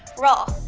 roll.